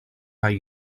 mai